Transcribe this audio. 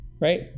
right